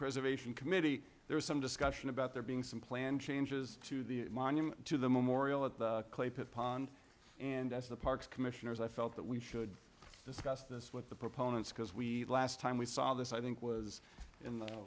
preservation committee there was some discussion about there being some planned changes to the monument to the memorial at the clay pit pond and as the parks commissioners i felt that we should discuss this with the proponents because we last time we saw this i think was in the